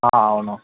అవును